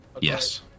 Yes